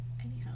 anyhow